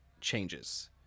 changes